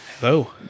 Hello